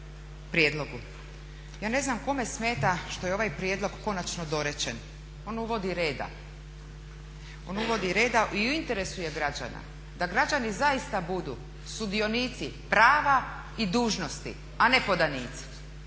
prijedlogu. Ja ne znam kome smeta što je ovaj prijedlog konačno dorečen, on uvodi reda. On uvodi reda i u interesu je građana, da građani zaista budu sudionici prava i dužnosti, a ne podanici.